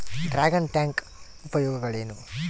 Dragon tank ಉಪಯೋಗಗಳೇನು?